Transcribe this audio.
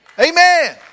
Amen